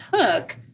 took